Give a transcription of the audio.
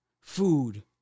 food